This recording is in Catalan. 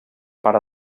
part